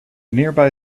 nearby